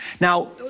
Now